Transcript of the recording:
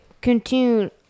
continue